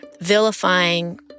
vilifying